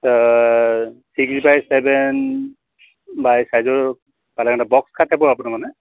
six by seven বা চাইজৰ পালেং এটা বক্স থাকিব আপোনাৰ মানে